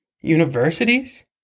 universities